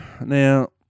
Now